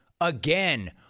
again